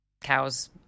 Cows